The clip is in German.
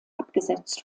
abgesetzt